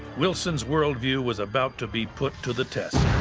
wilson's worldview was about to be put to the test.